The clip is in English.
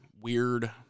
weird